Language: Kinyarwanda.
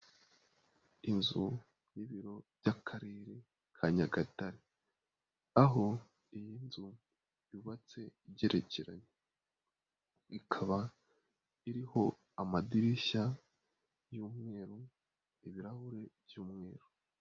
Inzu y'ibiro by'akarere ka Nyagatare aho iyi nzu yubatse igerekeranye ikaba iriho amadirishya y'umweru, ibirahuri by'umweru.